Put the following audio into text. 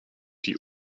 die